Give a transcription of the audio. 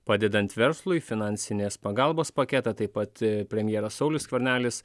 padedant verslui finansinės pagalbos paketą taip pat premjeras saulius skvernelis